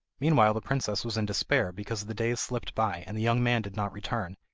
meanwhile the princess was in despair because the days slipped by, and the young man did not return,